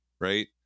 right